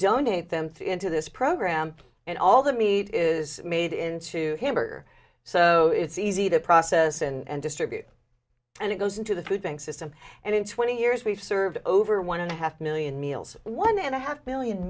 donate them into this program and all the meat is made into hamburger so it's easy to process and distribute and it goes into the food bank system and in twenty years we've served over one and a half million meals one and a half billion